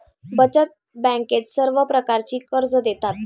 बचत बँकेत सर्व प्रकारची कर्जे देतात